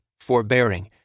forbearing